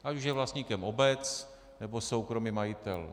Ať už je vlastníkem obec, nebo soukromý majitel.